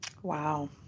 Wow